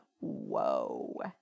whoa